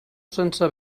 sense